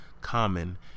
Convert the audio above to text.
common